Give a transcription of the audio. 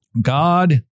God